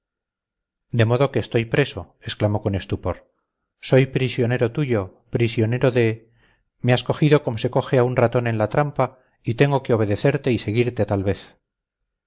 de modo que estoy preso exclamó con estupor soy prisionero tuyo prisionero de me has cogido como se coge a un ratón en la trampa y tengo que obedecerte y seguirte tal vez